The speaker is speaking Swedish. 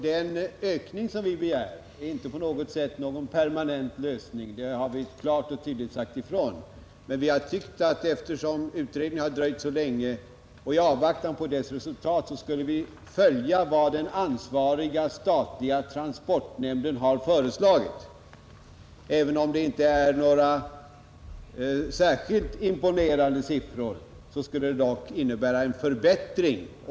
Herr talman! Vi är fullt överens när det gäller vikten av att få en lösning av denna fråga genom ett förslag redan till nästa års riksdag. Den ökning som vi begär är inte på något sätt en permanent lösning. Det har vi klart och tydligt sagt ifrån. Men eftersom utredningen dröjt så länge har vi tyckt att vi i avvaktan på dess resultat skulle följa vad den ansvariga statliga transportnämnden har föreslagit. Även om det inte är några särskilt imponerande siffror skulle det dock innebära en förbättring.